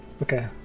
Okay